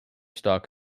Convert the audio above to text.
stock